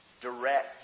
direct